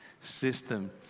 system